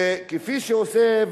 שכפי שעושה,